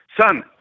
Son